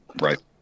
right